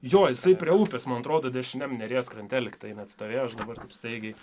jo jisai prie upės man atrodo dešiniam neries krante lygtai net stovėjo aš dabar taip staigiai